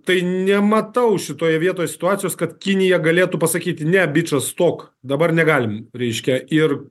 tai nematau šitoje vietoj situacijos kad kinija galėtų pasakyti ne bičas stok dabar negalim reiškia ir